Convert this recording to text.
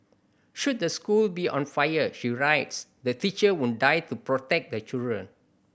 should the school be on fire she writes the teacher would die to protect the children